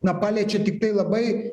na paliečia tiktai labai